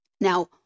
Now